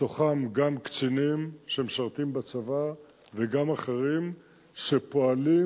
בתוכם גם קצינים שמשרתים בצבא וגם אחרים שפועלים